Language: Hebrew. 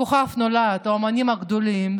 כוכב נולד, האומנים הגדולים.